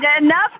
enough